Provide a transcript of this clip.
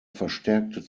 verstärkte